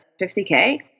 50K